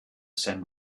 send